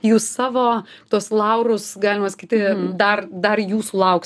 jūs savo tuos laurus galima sakyti dar dar jūsų lauks